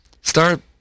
start